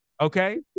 Okay